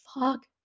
fuck